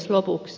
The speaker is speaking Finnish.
vielä lopuksi